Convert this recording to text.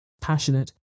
passionate